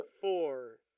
four